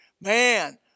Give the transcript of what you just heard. Man